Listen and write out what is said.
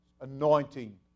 anointing